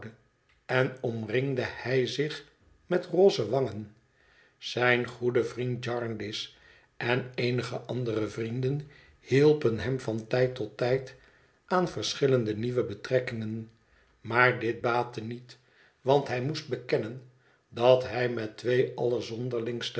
en omringde hij zich met rozewangen zijn goede vriend jarndyce en eenige andere vrienden hielpen hem vantijd tot tijd aan verschillende nieuwe betrekkingen maar dit baatte niet want hij moest bekennen dat hij met twee